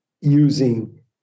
using